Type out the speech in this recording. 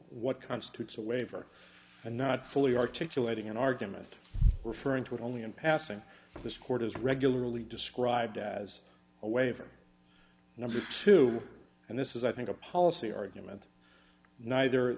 what constitutes a waiver and not fully articulating an argument referring to it only in passing this court as regularly described as a way of number two and this is i think a policy argument neither